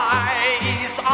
eyes